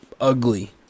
ugly